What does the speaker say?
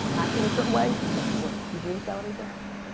acting a certain way, and people, you agree with that on aj? ah